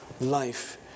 life